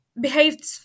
behaved